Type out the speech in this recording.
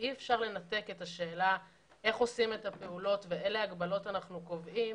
אי-אפשר לנתק את השאלה איך עושים את הפעולות ואלו הגבלות אנחנו קובעים,